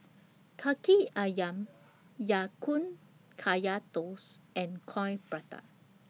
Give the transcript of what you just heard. Kaki Ayam Ya Kun Kaya Toast and Coin Prata